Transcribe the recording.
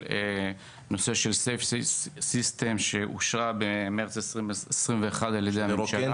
safe system שאושרה במרץ 2021 על ידי הממשלה.